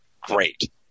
Great